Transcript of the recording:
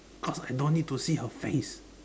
because I don't need to see her face